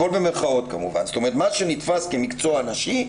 כלומר מה שנתפס כמקצוע נשי,